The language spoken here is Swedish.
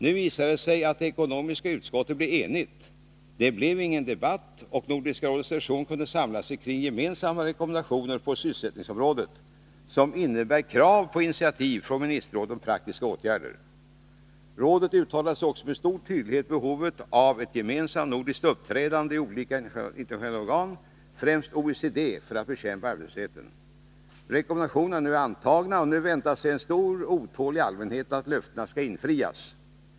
Nu visade det sig att det ekonomiska utskottet blev enigt, det blev ingen debatt, och Nordiska rådets session kunde samla sig kring gemensamma rekommendationer på sysselsättningsområdet, som innebär krav på initiativ från Ministerrådet till praktiska åtgärder. Rådet uttalade också med stor tydlighet behovet av ett gemensamt nordiskt uppträdande i olika internationella organ — främst OECD - för att bekämpa arbetslösheten. Rekommendationerna är antagna, och nu väntar sig en stor, otålig allmänhet att löftena skall infrias.